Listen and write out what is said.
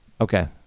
Okay